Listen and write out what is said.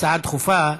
הצעה דחופה,